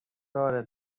داره